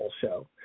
Show